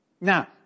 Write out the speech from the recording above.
Now